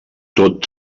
tot